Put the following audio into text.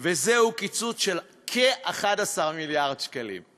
וזהו קיצוץ של כ-11 מיליארד שקלים.